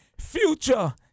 future